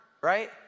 right